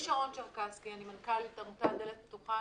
שמי שרון צ'רקסקי, אני מנכ"לית עמותת דלת פתוחה.